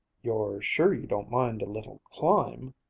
you're sure you don't mind a little climb?